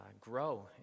grow